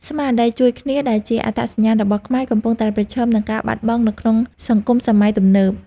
ស្មារតីជួយគ្នាដែលជាអត្តសញ្ញាណរបស់ខ្មែរកំពុងតែប្រឈមនឹងការបាត់បង់នៅក្នុងសង្គមសម័យទំនើប។